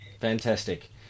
fantastic